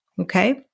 okay